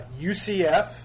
UCF